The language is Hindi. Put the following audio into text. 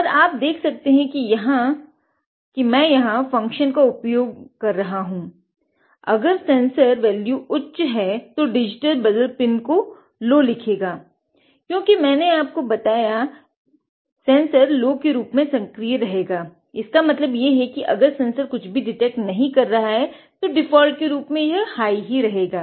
और आप देख सकते हैं मैं यहाँ फंक्शन क्योंकि मैंने आपको बताया है कि तो सेंसर लो के रूप में सक्रिय रहेगा इसका मतलब है कि अगर सेंसर कुछ भी डिटेक्ट नही के रहा है तो डीफौल्ट रूप से यह हाई हि रहेगा